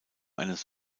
eines